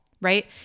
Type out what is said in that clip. right